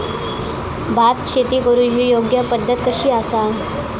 भात शेती करुची योग्य पद्धत कशी आसा?